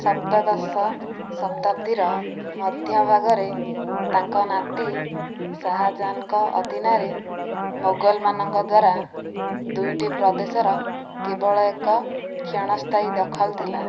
ସପ୍ତଦଶ ଶତାବ୍ଦୀର ମଧ୍ୟଭାଗରେ ତାଙ୍କ ନାତି ଶାହାଜାହାନଙ୍କ ଅଧୀନରେ ମୋଗଲ ମାନଙ୍କ ଦ୍ୱାରା ଦୁଇଟି ପ୍ରଦେଶର କେବଳ ଏକ କ୍ଷଣସ୍ଥାୟୀ ଦଖଲ ଥିଲା